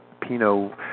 Pinot